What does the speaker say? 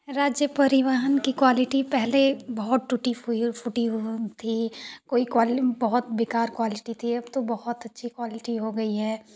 राज्य परिवहन की क्वालिटी पहले बहुत टूटी हुई फूटी थी कोई क्वाली न बहुत बेकार क्वालिटी थी अब तो बहुत अच्छी क्वालिटी क्वालिटी हो गई है